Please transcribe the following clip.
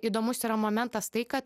įdomus yra momentas tai kad